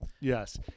Yes